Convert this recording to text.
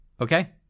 Okay